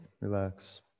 Relax